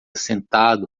sentado